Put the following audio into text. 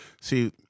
See